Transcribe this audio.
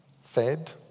fed